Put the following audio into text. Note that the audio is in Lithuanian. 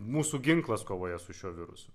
mūsų ginklas kovoje su šiuo virusu